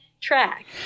track